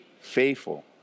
faithful